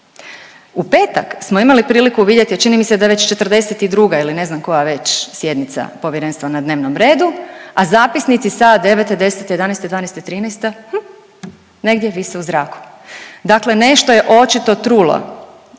U petak smo imali priliku vidjeti, a čini mi se da je već 42. ili ne znam koja već sjednica Povjerenstva na dnevnom redu, a zapisnici sa 9., 10., 11., 12., 13. hm negdje vise u zraku, dakle nešto je očito trulo